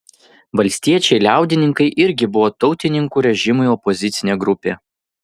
valstiečiai liaudininkai irgi buvo tautininkų režimui opozicinė grupė